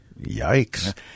Yikes